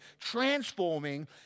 transforming